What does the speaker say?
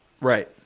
Right